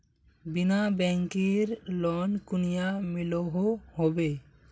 बिना बैंकेर लोन कुनियाँ मिलोहो होबे?